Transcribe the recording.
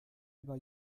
über